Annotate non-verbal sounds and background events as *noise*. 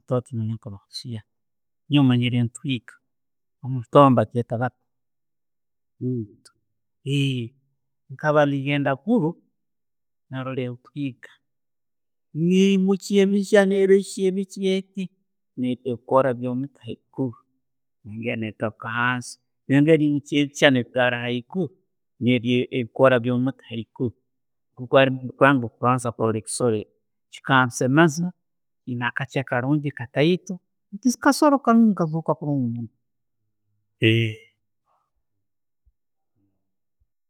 Eiwe omanyire entwiiga, murutooto ne'bagyetta batta, *hesitation* neyimukya ebikya, neyimukya ebikya, ne bigara hansi, neyongera neyimukya ebikya ne'bigara ayiguru. *hesitation* Nukwo gwabaire ogwo kubanza kurora ekisoro ekye, chikansemeza, kasoro karungi kazooka kurungi. *hesitation*